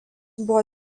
buvo